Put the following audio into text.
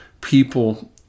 people